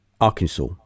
Arkansas